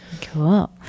Cool